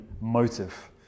motive